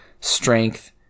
strength